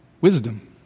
wisdom